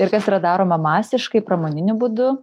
ir kas yra daroma masiškai pramoniniu būdu